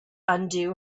undo